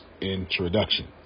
introduction